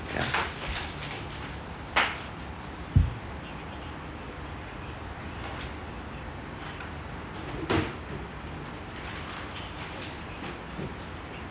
ya